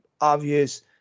obvious